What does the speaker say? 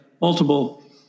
multiple